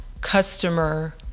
customer